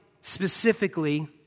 specifically